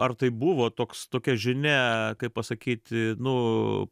ar tai buvo toks tokia žinia kaip pasakyti nu